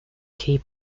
key